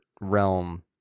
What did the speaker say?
realm